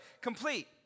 complete